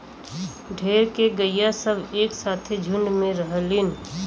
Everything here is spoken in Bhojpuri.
ढेर के गइया सब एक साथे झुण्ड में रहलीन